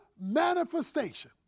manifestation